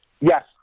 Yes